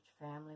family